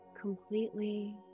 Completely